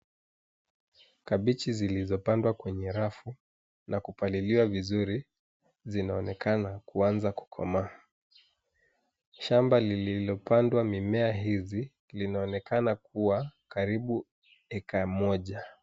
Kabichi zilizopandwa kwenye rafu na kupaliliwa vizuri zinaonekana kuanza kukomaa. Shamba lililopandwa mimea hizi linaonekana kuwa karibu acre moja.